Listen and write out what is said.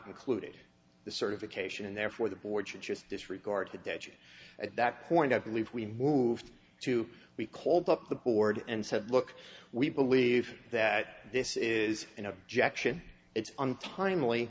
included the certification and therefore the board should just disregard the data at that point i believe we moved to we called up the board and said look we believe that this is an objection it's untimely